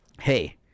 hey